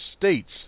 states